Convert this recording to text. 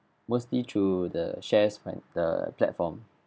mostly through the shares on the platform